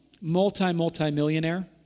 multi-multi-millionaire